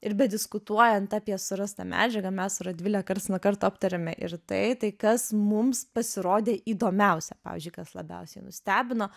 ir bediskutuojant apie surastą medžiagą mes su radvile karts nuo karto aptariame ir tai tai kas mums pasirodė įdomiausia pavyzdžiui kas labiausiai nustebino